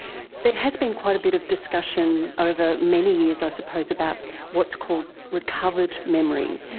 there has been quite a bit of discussion over many years i suppose about what's called recovered memory.